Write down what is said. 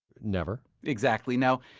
never exactly. now,